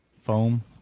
foam